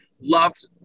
loved